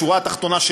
השורה התחתונה,